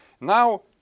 now